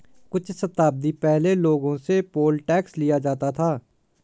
कुछ शताब्दी पहले लोगों से पोल टैक्स लिया जाता था